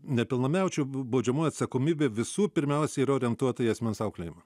nepilnamečių baudžiamoji atsakomybė visų pirmiausia yra orientuota į asmens auklėjimą